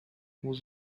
was